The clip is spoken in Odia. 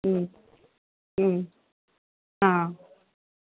ହୁଁ ହୁଁ ହଁ